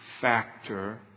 factor